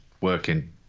working